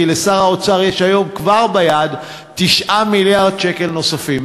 כי לשר האוצר כבר היום יש ביד 9 מיליארד שקל נוספים.